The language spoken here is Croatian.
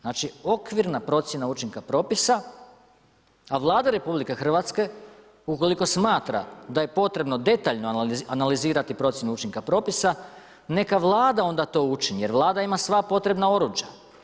Znači, okvirna procjena učinka propisa, a Vlada Republike Hrvatske ukoliko smatra da je potrebno detaljno analizirati procjenu učinka propisa, neka Vlada onda to učini jer Vlada ima sva potrebna oruđa.